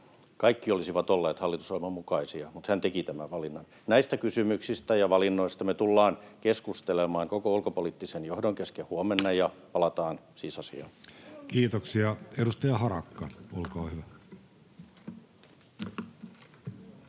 Kaikki olisivat olleet hallitusohjelman mukaisia, mutta hän teki tämän valinnan. Näistä kysymyksistä ja valinnoista me tullaan keskustelemaan koko ulkopoliittisen johdon kesken huomenna, ja palataan siis